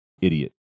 idiot